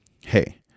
hey